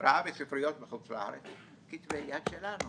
ראה בספריות בחוץ לארץ כתבי יד שלנו